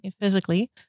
physically